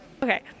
Okay